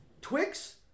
Twix